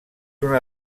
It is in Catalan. una